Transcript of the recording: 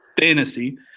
Fantasy